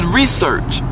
research